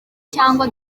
cyangwa